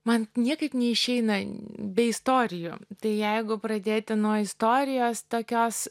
man niekaip neišeina be istorijų tai jeigu pradėti nuo istorijos tokios